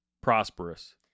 prosperous